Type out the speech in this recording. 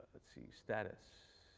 let's see, status,